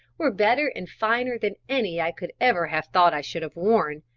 were better and finer than any i could ever have thought i should have worn,